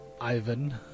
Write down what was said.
Ivan